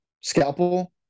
scalpel